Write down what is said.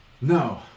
No